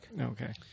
Okay